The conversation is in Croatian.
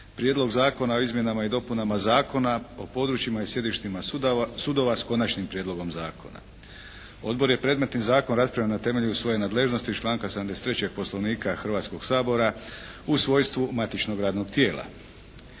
Prijedlog Zakona o izmjenama i dopunama Zakona o područjima i sjedištima sudova s Konačnim prijedlogom zakona. Odbor je predmetni Zakon raspravio na temelju svoje nadležnosti iz članka 73. Poslovnika Hrvatskoga sabora u svojstvu matičnog radnog tijela.